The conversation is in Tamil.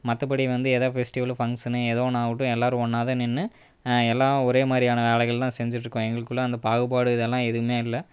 மற்றபடி வந்து எதா பெஸ்ட்டிவலு ஃபங்க்ஷனு ஏதோ ஒன்று ஆகட்டும் எல்லோரும் ஒன்றா தான் நின்று எல்லாம் ஒரே மாதிரியான ஆடைகள்லாம் செஞ்சுட்ருக்கோம் எங்களுக்குள்ளே அந்த பாகுபாடு இதெல்லாம் எதுவுமே இல்லை